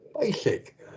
basic